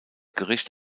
gericht